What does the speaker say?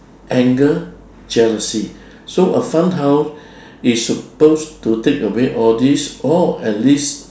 anger jealously so a fun house is suppose to take away all these or at least